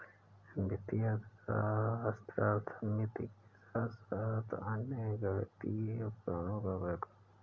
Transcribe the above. वित्तीय अर्थशास्त्र अर्थमिति के साथ साथ अन्य गणितीय उपकरणों का उपयोग करता है